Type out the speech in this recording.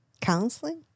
Counseling